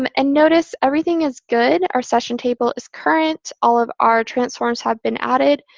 um and notice everything is good. our session table is current. all of our transforms have been added.